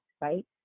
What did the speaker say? right